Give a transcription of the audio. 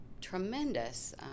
tremendous